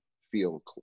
feel